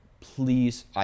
please